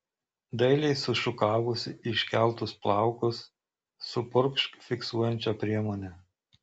dailiai sušukavusi iškeltus plaukus supurkšk fiksuojančia priemone